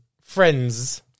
Friends